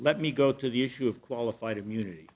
let me go to the issue of qualified immunity